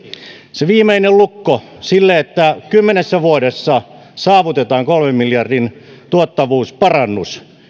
se viimeinen lukko sille että kymmenessä vuodessa saavutetaan kolmen miljardin tuottavuusparannus